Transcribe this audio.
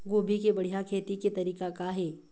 गोभी के बढ़िया खेती के तरीका का हे?